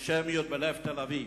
"אנטישמיות בלב תל-אביב".